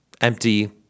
empty